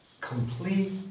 complete